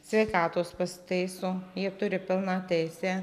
sveikatos pasitaiso jie turi pilną teisę